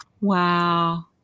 Wow